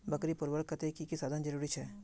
बकरी पलवार केते की की साधन जरूरी छे?